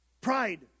Pride